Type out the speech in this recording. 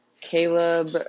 Caleb